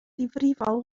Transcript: ddifrifol